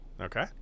Okay